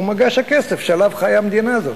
הוא מגש הכסף שעליו חיה המדינה הזאת.